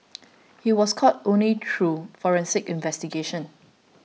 he was caught only through forensic investigations